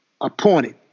appointed